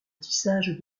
tissage